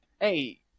Hey